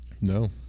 No